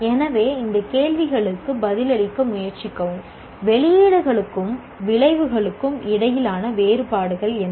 எனவே இந்த கேள்விகளுக்கு பதிலளிக்க முயற்சிக்கவும் வெளியீடுகளுக்கும் விளைவுகளுக்கும் இடையிலான வேறுபாடுகள் என்ன